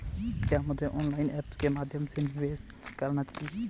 क्या मुझे online apps के माध्यम से निवेश करना चाहिए?